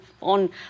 on